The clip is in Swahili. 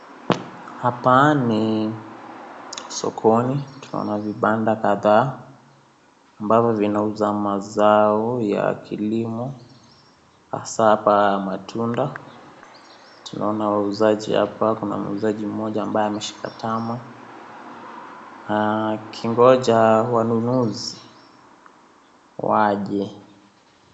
Hapa ni sokoni, tunaona vibanda kadhaa ambavyo vinauza mazao ya kilimo hasaa pa matunda, tunaona wauzaji hapa, kuna muuzaji mmoja ambaye ameshika tama akingoja wanunuzi waje.